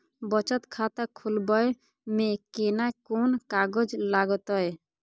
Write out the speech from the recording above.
बचत खाता खोलबै में केना कोन कागज लागतै?